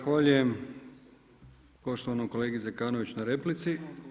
Zahvaljujem poštovanom kolegi Zekanoviću na replici.